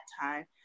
time